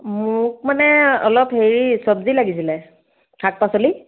মোক মানে অলপ হেৰি চবজি লাগিছিলে শাক পাচলি